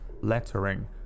lettering